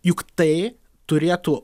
juk tai turėtų